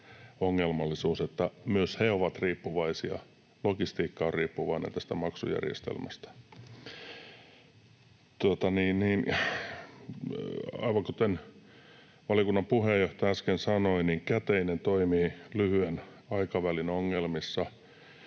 ongelmallisuus, että myös he ovat riippuvaisia eli logistiikka on riippuvainen tästä maksujärjestelmästä. Aivan kuten valiokunnan puheenjohtaja äsken sanoi, käteinen toimii lyhyen aikavälin ongelmissa,